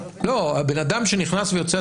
בן אדם שנכנס ויוצא,